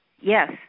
Yes